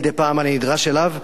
מדי פעם אני נדרש אליו,